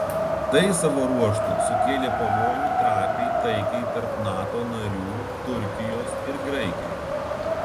tai savo ruožtu sukėlė pavojų trapiai taikai tarp nato narių turkijos ir graikijos